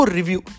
review